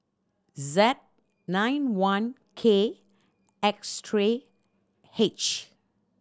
Z nine one K X three H